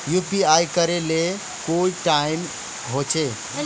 UPI करे ले कोई टाइम होचे?